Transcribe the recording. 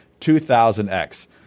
2000X